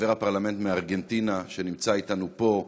חבר הפרלמנט מארגנטינה, שנמצא אתנו פה,